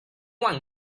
one